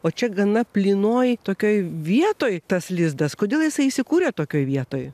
o čia gana plynoj tokioj vietoj tas lizdas kodėl jisai įsikūrė tokioj vietoj